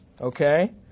Okay